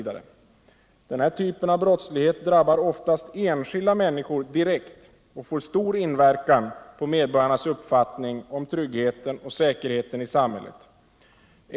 Denna typ av brottslighet drabbar oftast enskilda människor direkt och får därför stor inverkan på medborgarnas uppfattning om tryggheten och säkerheten i samhället.